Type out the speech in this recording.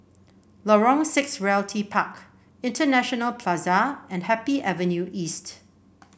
Lorong Six Realty Park International Plaza and Happy Avenue East